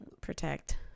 protect